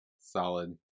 solid